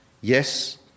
yes